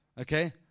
Okay